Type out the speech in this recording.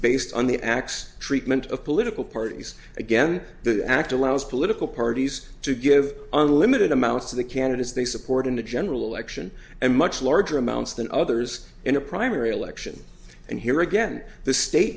based on the x treatment of political parties again the act allows political parties to give unlimited amounts to the candidates they support in the general election and much larger amounts than others in a primary election and here again the state